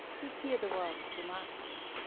you fear the world too much,